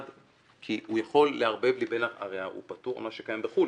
הרי הוא פטור ממה שקיים בחו"ל.